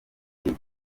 ugiye